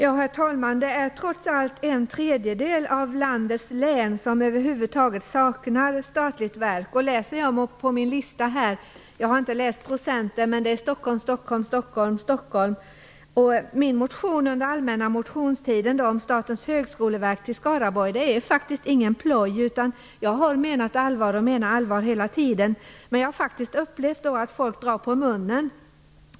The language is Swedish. Herr talman! Trots allt saknar en tredjedel av landets län över huvud taget statliga verk. Jag har inte tagit fram den procentuella fördelningen på listan över de statliga verkens lokalisering, men där återkommer Stockholm ideligen som lokaliseringsort. Min motion under allmänna motionstiden om förläggning av Statens högskoleverk till Skaraborgs län är faktiskt ingen ploj. Jag har menat allvar med den och menar allvar hela tiden, även om jag har upplevt att folk har dragit på munnen.